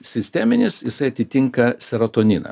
sisteminis jisai atitinka seratoniną